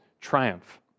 triumph